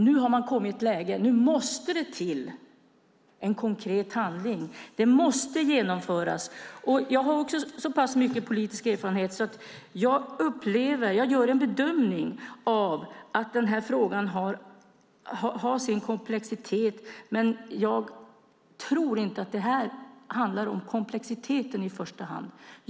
Nu måste det till en konkret handling. Det måste genomföras. Jag har så mycket politisk erfarenhet att jag gör bedömningen att frågan har sin komplexitet, men jag tror inte att det i första hand handlar om komplexiteten.